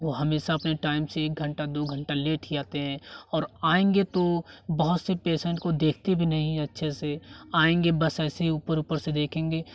वो हमेशा अपने टाइम से एक घंटा दो घंटा लेट ही आते हैं और आएँगे तो बहुत से पेशेंट को देखते भी नहीं अच्छे से आएँगे बस ऐसे ही ऊपर ऊपर से देखेंगे